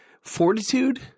Fortitude